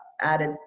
added